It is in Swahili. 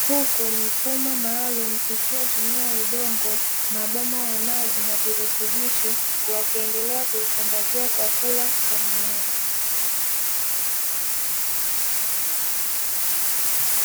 huku mifumo maalum isiyotumia udongo, mabomba ya maji, na virutubisho, yakiendelea kuisambazia chakula cha mmea.